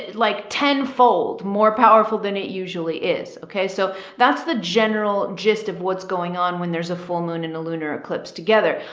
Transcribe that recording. ten fold, more powerful than it usually is. okay. so that's the general gist of what's going on when there's a full moon and a lunar eclipse together.